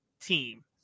Team